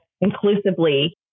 inclusively